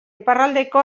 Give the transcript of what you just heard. iparraldeko